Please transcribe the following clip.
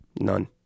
None